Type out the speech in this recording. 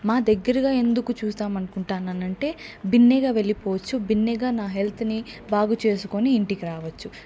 మా దగ్గరగా ఎందుకు చూద్దాం అనుకుంటాను అంటే బిన్నీగా వెళ్ళిపోవచ్చు బిన్నీగా నా హెల్త్ ని బాగు చేసుకొని ఇంటికి రావచ్చు